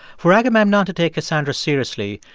for agamemnon to take cassandra seriously,